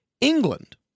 England